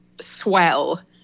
swell